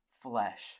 flesh